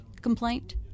complaint